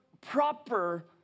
proper